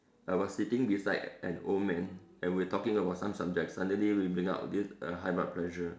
I was sitting beside an old man and we were talking about some subjects suddenly we bring out this uh high blood pressure